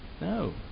No